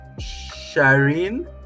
shireen